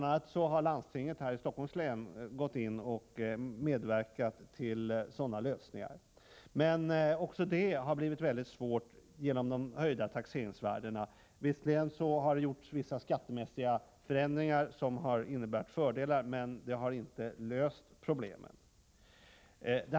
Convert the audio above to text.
a. har landstinget i Stockholms län medverkat till sådana lösningar. Men också det har blivit svårt genom de höjda taxeringsvärdena. Visserligen har det gjorts vissa skattemässiga förändringar, som har inneburit fördelar, men det har inte löst problemen.